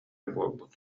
буолбут